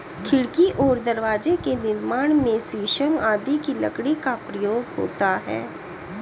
खिड़की और दरवाजे के निर्माण में शीशम आदि की लकड़ी का प्रयोग होता है